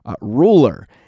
ruler